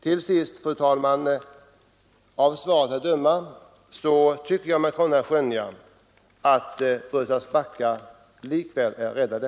Till sist, fru talman, tycker jag mig av svaret kunna skönja att Brösarps backar trots allt är räddade.